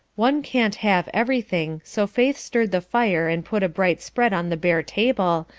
one can't have everything, so faith stirred the fire and put a bright spread on the bare table,